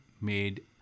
made